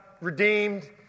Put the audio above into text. redeemed